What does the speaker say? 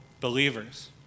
believers